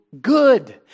good